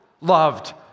loved